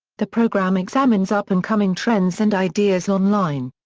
the program examines up and coming trends and ideas online.